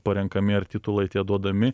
parenkami ar titulai tie duodami